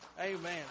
Amen